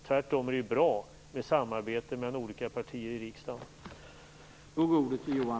Tvärtom är det bra med samarbete mellan olika partier i riksdagen.